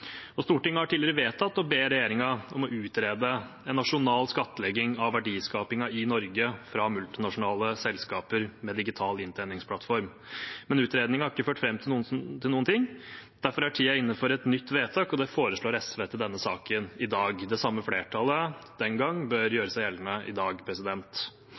Stortinget har tidligere vedtatt å be regjeringen om å utrede en nasjonal skattlegging av verdiskapingen i Norge fra multinasjonale selskaper med digital inntjeningsplattform. Men utredningen har ikke ført fram til noen ting. Derfor er tiden inne for et nytt vedtak, og det foreslår SV til denne saken i dag. Det samme flertallet som den gang bør gjøre seg gjeldende i dag.